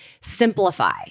simplify